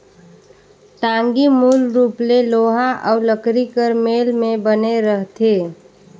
टागी मूल रूप ले लोहा अउ लकरी कर मेल मे बने रहथे